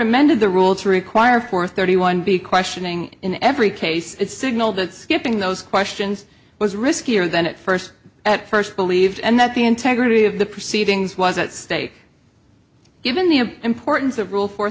amended the rule to require four thirty one b questioning in every case it signaled that skipping those questions was riskier than it first at first believed and that the integrity of the proceedings was at stake given the importance of rule fo